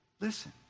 listen